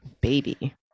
baby